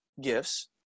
gifts